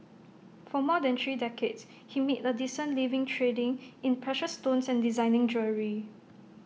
for more than three decades he made A decent living trading in precious stones and designing jewellery